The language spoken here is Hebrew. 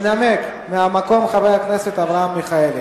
ינמק מהמקום חבר הכנסת אברהם מיכאלי.